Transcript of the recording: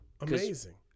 amazing